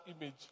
image